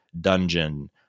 dungeon